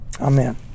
Amen